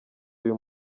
uyu